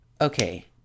okay